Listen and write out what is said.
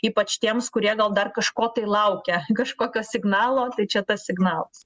ypač tiems kurie gal dar kažko tai laukia kažkokio signalo tai čia tas signalas